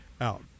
out